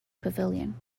pavilion